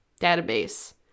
database